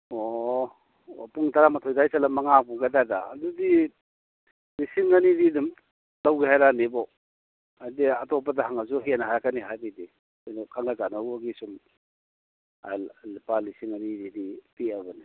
ꯑꯣ ꯄꯨꯡ ꯇꯔꯥꯃꯥꯊꯣꯏ ꯑꯗꯨꯋꯥꯏ ꯆꯠꯂꯒ ꯃꯉꯥꯃꯨꯛ ꯑꯗꯨꯋꯥꯏꯗ ꯑꯗꯨꯗꯤ ꯂꯤꯁꯤꯡ ꯑꯅꯤꯗꯤ ꯑꯗꯨꯝ ꯂꯧꯒꯦ ꯍꯥꯏꯔꯛꯑꯅꯤꯕꯣ ꯍꯥꯏꯗꯤ ꯑꯇꯣꯞꯄꯗ ꯍꯪꯉꯁꯨ ꯍꯦꯟꯅ ꯍꯥꯏꯔꯛꯀꯅꯤ ꯍꯥꯏꯕꯩꯗꯤ ꯈꯪꯅ ꯆꯥꯅꯔꯨꯕꯒꯤ ꯁꯨꯝ ꯂꯨꯄꯥ ꯂꯤꯁꯤꯡ ꯑꯅꯤꯁꯤꯗꯤ ꯄꯤꯛꯑꯕꯅꯤ